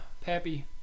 Pappy